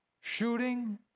shooting